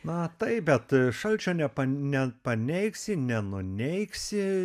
na taip bet šalčio nepa nepaneigsi nenuneigsi